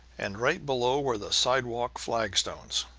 and right below were the sidewalk flagstones.